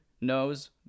knows